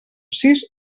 sis